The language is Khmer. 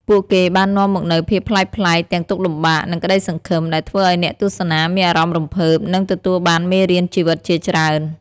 ពួកគេបាននាំមកនូវភាពប្លែកៗ ទាំងទុក្ខលំបាក និងក្តីសង្ឃឹម ដែលធ្វើឲ្យអ្នកទស្សនាមានអារម្មណ៍រំភើប និងទទួលបានមេរៀនជីវិតជាច្រើន។